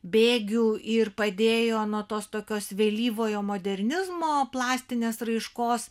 bėgių ir padėjo nuo tos tokios vėlyvojo modernizmo plastinės raiškos